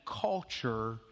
culture